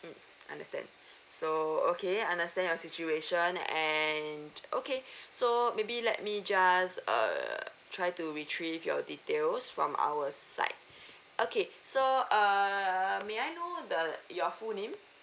mm understand so okay understand your situation and okay so maybe let me just err try to retrieve your details from our side okay so err may I know the your full name